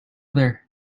there